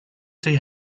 they